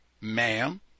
ma'am